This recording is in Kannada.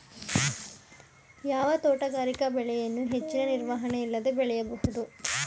ಯಾವ ತೋಟಗಾರಿಕೆ ಬೆಳೆಯನ್ನು ಹೆಚ್ಚಿನ ನಿರ್ವಹಣೆ ಇಲ್ಲದೆ ಬೆಳೆಯಬಹುದು?